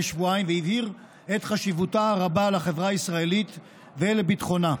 שבועיים והבהיר את חשיבותה הרבה לחברה הישראלית ולביטחונה.